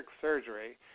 surgery